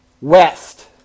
west